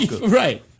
Right